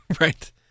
right